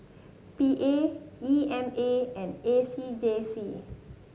P A E M A and A C J C